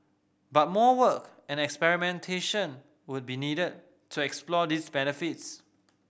but more work and experimentation would be needed to explore these benefits